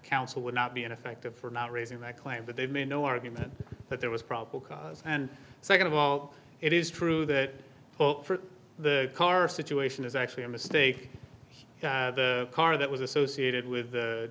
counsel would not be ineffective for not raising that claim but they may no argument that there was probable cause and second of all it is true that the car situation is actually a mistake the car that was associated with